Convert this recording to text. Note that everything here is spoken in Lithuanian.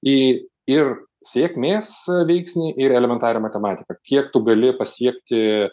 į ir sėkmės veiksnį ir elementarią matematiką kiek tu gali pasiekti